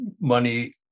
money